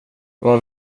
vad